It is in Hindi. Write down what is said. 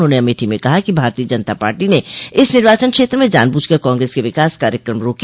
उन्होंने अमेठी में कहा कि भारतीय जनता पार्टी ने इस निर्वाचन क्षेत्र में जान ब्रुझकर कांग्रेस के विकास कार्यक्रम रोके